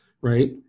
right